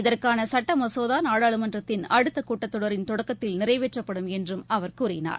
இதற்னன சட்ட மசோதா நாடாளுமன்றத்தின் அடுத்த கூட்டத் தொடரின் தொடக்கத்தில் நிறைவேற்றப்படும் என்றும் அவர் கூறினார்